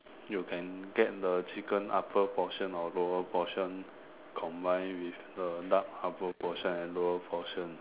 you can get the chicken upper portion or lower portion combine with the duck upper portion and lower portion